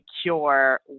secure